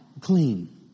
clean